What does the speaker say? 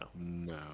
No